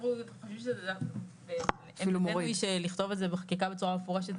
אנחנו חושבים שדווקא לכתוב את זה בחקיקה בצורה מפורשת,